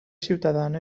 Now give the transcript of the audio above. ciutadana